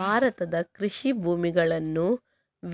ಭಾರತದ ಕೃಷಿ ಭೂಮಿಗಳನ್ನು